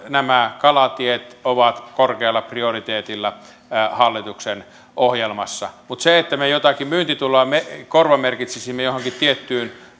nämä kalatiet ovat korkealla prioriteetilla hallituksen ohjelmassa mutta se että me jotakin myyntituloa korvamerkitsisimme johonkin tiettyyn